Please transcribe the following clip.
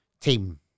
team